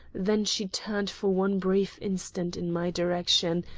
then she turned for one brief instant in my direction,